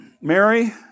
Mary